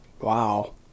Wow